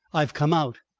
i've come out.